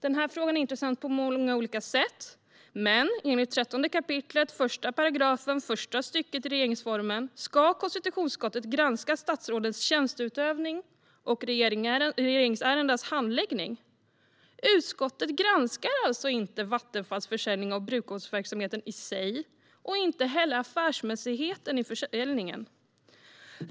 Den här frågan är intressant på många olika sätt, men enligt 13 kap. 1 § första stycket regeringsformen ska konstitutionsutskottet granska statsrådens tjänsteutövning och regeringsärendenas handläggning. Utskottet granskar alltså inte Vattenfalls försäljning av brunkolsverksamheten i sig och inte heller affärsmässigheten i försäljningen.